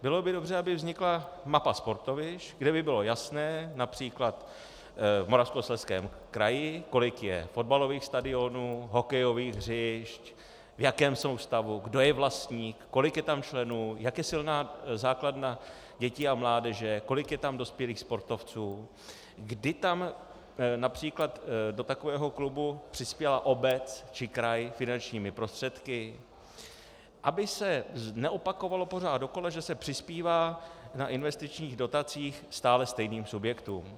Bylo by dobře, aby vznikla mapa sportovišť, kde by bylo jasné například v Moravskoslezském kraji, kolik je fotbalových stadionů, hokejových hřišť, v jakém jsou stavu, kdo je vlastní, kolik je tam členů, jak je silná základna dětí a mládeže, kolik je tam dospělých sportovců, kdy tam například do takového klubu přispěla obec či kraj finančními prostředky, aby se neopakovalo pořád dokola, že se přispívá na investičních dotacích stále stejným subjektům.